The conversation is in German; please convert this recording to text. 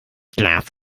glas